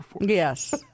yes